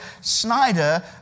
Snyder